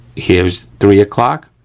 here's three o'clock,